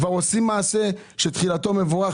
כבר עושים מעשה שתחילתו מבורך,